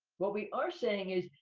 what we are saying is,